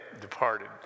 departed